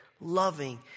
loving